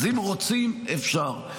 אז אם רוצים, אפשר.